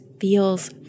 feels